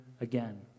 again